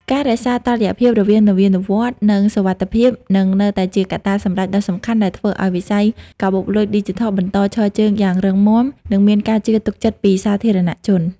ការរក្សាតុល្យភាពរវាងនវានុវត្តន៍ និងសុវត្ថិភាព នឹងនៅតែជាកត្តាសម្រេចដ៏សំខាន់ដែលធ្វើឱ្យវិស័យកាបូបលុយឌីជីថលបន្តឈរជើងយ៉ាងរឹងមាំ និងមានការជឿទុកចិត្តពីសាធារណជន។